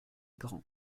grand